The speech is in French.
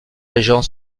régent